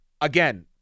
again